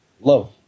love